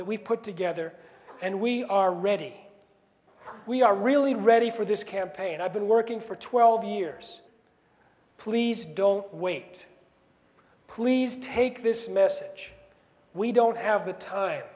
that we've put together and we are ready we are really ready for this campaign i've been working for twelve years please don't wait please take this message we don't have the time